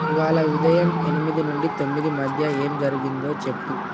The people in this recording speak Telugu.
ఇవాళ ఉదయం ఎనిమిది నుండి తొమ్మిది మధ్య ఏం జరిగిందో చెప్పు